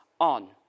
on